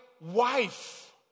wife